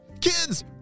Kids